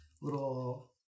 little